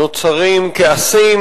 נוצרים כעסים,